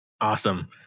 Awesome